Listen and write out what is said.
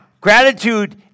Gratitude